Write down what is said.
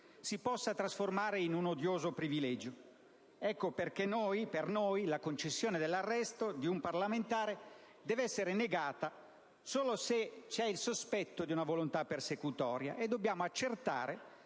si possa trasformare in un odioso privilegio. Ecco perché per noi la concessione dell'arresto di un parlamentare deve essere negata solo se c'è il sospetto di una volontà persecutoria, e dobbiamo accertare